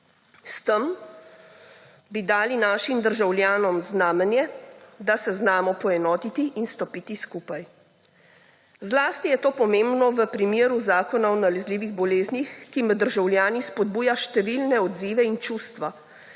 S tem bi dali našim državljanom znamenje, da se znamo poenotiti in stopiti skupaj. Zlasti je to pomembno v primeru Zakona o nalezljivih boleznih, ki med državljani spodbuja številne odzive in čustva,